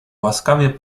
łaskawie